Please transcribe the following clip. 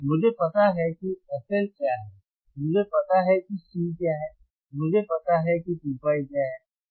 मुझे पता है कि fL क्या है मुझे पता है कि C क्या है मुझे पता है कि 2π क्या है